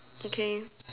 okay